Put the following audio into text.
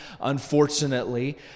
unfortunately